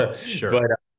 Sure